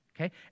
okay